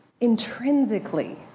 intrinsically